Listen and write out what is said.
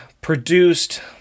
produced